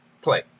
Play